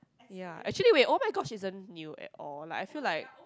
ya actually wait oh-my-gosh isn't new at all like I feel like